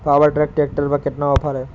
Power track tractor पर कितना offer है?